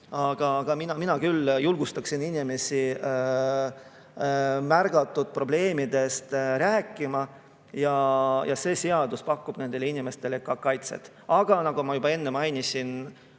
Aga mina küll julgustaksin inimesi märgatud probleemidest rääkima ja see seadus pakub nendele inimestele ka kaitset. Ent nagu ma mainisin,